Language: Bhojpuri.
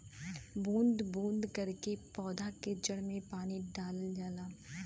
बूंद बूंद करके पौधा के जड़ में पानी डालल जाला